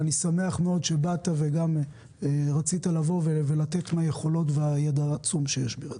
ואני שמח מאוד שבאת וגם רצית לבוא ולתת מהיכולות ומהידע העצום שיש בידך.